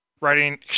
writing